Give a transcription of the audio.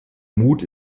mut